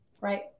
Right